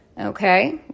Okay